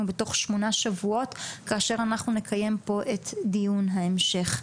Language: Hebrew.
בתוך שמונה שבועות כאשר אנחנו נקיים פה את דיון ההמשך.